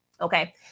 Okay